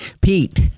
Pete